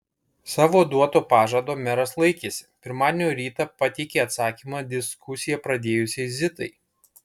savo duoto pažado meras laikėsi pirmadienio rytą pateikė atsakymą diskusiją pradėjusiai zitai